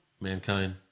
Mankind